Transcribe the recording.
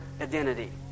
identity